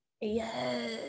Yes